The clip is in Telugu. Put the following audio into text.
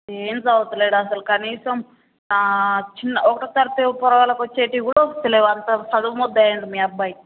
ఏం చదువటంలేదు అసలు కనీసం చిన్న ఒకటో తరగతి పోరగాళ్ళకి వచ్చేటి కూడా వస్తలేవు అంత చదువు మొద్ధు అయ్యిండు మీ అబ్బాయి